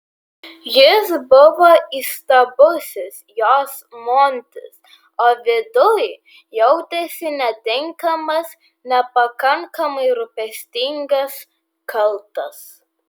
jis buvo įstabusis jos montis o viduj jautėsi netinkamas nepakankamai rūpestingas kaltas